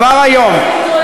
כבר היום,